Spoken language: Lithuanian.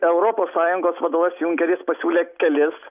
europos sąjungos vadovas junkeris pasiūlė kelis